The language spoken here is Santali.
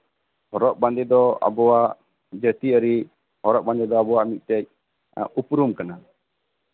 ᱦᱚᱨᱚᱜ ᱵᱟᱸᱫᱮ ᱫᱚ ᱟᱵᱚᱣᱟᱜ ᱡᱟᱛᱤᱭᱟᱹᱨᱤ ᱦᱚᱨᱚᱜ ᱵᱟᱸᱫᱮ ᱫᱚ ᱟᱵᱚᱣᱟᱜ ᱢᱤᱫᱴᱮᱡ ᱩᱯᱨᱩᱢ ᱠᱟᱱᱟ